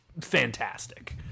fantastic